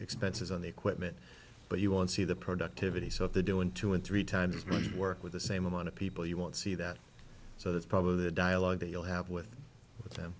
expenses on the equipment but you won't see the productivity so if they do in two and three times as much work with the same amount of people you won't see that so that's probably the dialogue that you'll have with them